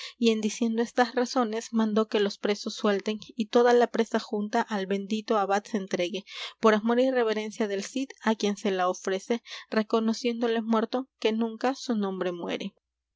y en diciendo estas razones mandó que los presos suelten y toda la presa junta al bendito abad se entregue por amor y reverencia del cid á quien se la ofrece reconociéndole muerto que nunca su nombre muere